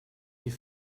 die